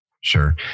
Sure